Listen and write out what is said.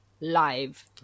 Live